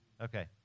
Okay